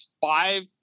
five